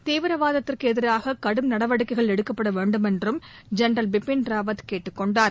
தீவிரவாதத்துக்கு எதிராக கடும் நடவடிக்கைகள் எடுக்கப்பட வேண்டுமென்றும் ஜெனரல் பிபின் ராவத் கேட்டுக் கொண்டார்